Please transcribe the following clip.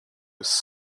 his